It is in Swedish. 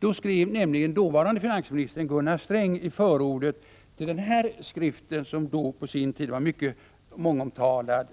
Då skrev dåvarande finansministern Gunnar Sträng i förordet till en skrift som på sin tid var mångomtalad: